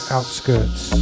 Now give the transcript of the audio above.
Outskirts